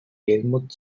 helmut